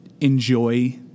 enjoy